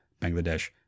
Bangladesh